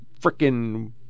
freaking